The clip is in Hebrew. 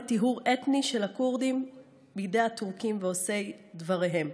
טיהור אתני של הכורדים בידי הטורקים ועושי דברם.